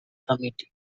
committee